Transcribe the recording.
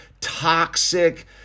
toxic